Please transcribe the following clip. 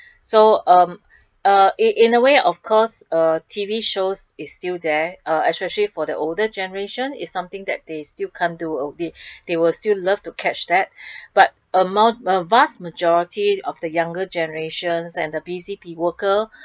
so um uh it in a way of course uh T_V shows is still there uh especially for the older generation is something that they still can't do away they they would still love to catch that but among vast majority of the younger generations and the busy bee worker